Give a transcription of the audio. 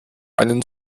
einen